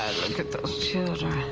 look at those children.